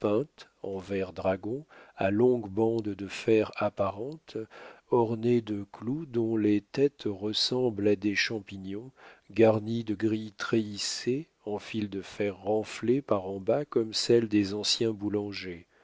en vert dragon à longues bandes de fer apparentes ornées de clous dont les têtes ressemblaient à des champignons garnie de grilles treillissées en fil de fer renflées par en bas comme celles des anciens boulangers